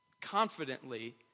confidently